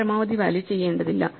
ഈ പരമാവധി വാല്യൂ ചെയ്യേണ്ടതില്ല